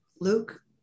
Luke